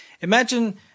imagine